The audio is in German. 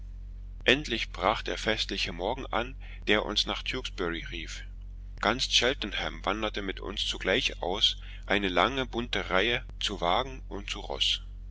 endlich brach der festliche morgen an der uns nach tewkesbury rief ganz cheltenham wanderte mit uns zugleich aus eine lange bunte reihe zu wagen und zu roß